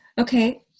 okay